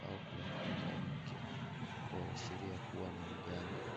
au kumfunga mke, kuashiria kuwa ni mganga.